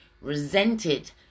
resented